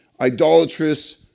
idolatrous